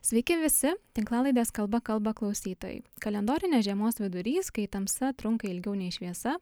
sveiki visi tinklalaidės kalba kalba klausytojai kalendorinės žiemos vidurys kai tamsa trunka ilgiau nei šviesa